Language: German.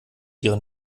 ihren